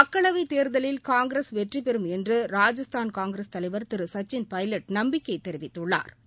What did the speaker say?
மக்களவைத் தேர்தலில் காங்கிரஸ் வெற்றிபெறும் என்று ராஜஸ்தான் காங்கிரஸ் தலைவர் திரு சச்சின் பைலட் நம்பிக்கை தெரிவித்துள்ளாா்